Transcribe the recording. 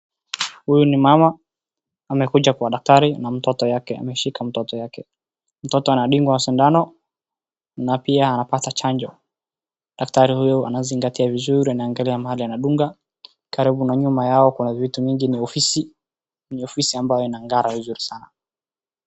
Huyu ni mama amekuja kwa daktari na mtoto yake ameshika mtoto yake, mtoto anadungwa sindano na pia anapata chanjo, daktari huyu anazingatia vizuri anaangalia mahali anadunga karibu na nyuma yao kuna vitu mingi ni ofisi, ni ofisi ambayo inangara vizuri sana.